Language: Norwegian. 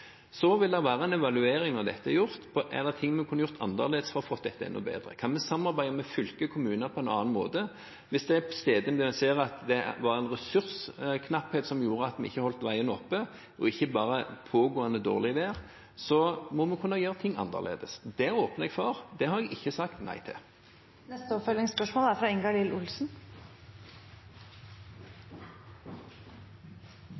Så er det en evaluering når dette er gjort. Er det noe vi kunne gjort annerledes for å få dette enda bedre? Kan vi samarbeide med fylker og kommuner på en annen måte? Hvis det er steder der en ser at det var ressursknapphet som gjorde at vi ikke holdt veien oppe og ikke bare pågående dårlig vær, må vi kunne gjøre ting annerledes. Det åpner jeg for, det har jeg ikke sagt nei til. Ingalill Olsen – til oppfølgingsspørsmål. Vel overstått drømmepåske i Sør-Norge! Men Norge er